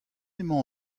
emañ